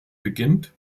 beginnt